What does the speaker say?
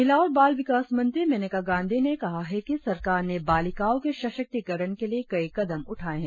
महिला और बाल विकास मंत्री मेनका गांधी ने कहा है कि सरकार ने बालिकाओं के सशक्तिकरण के लिए कई कदम उठाये हैं